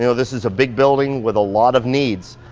you know this is a big building with a lot of needs.